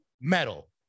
metal